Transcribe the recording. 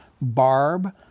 Barb